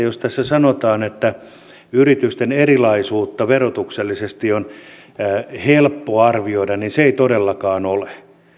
jos tässä sanotaan että yritysten erilaisuutta verotuksellisesti on helppo arvioida niin ei todellakaan ole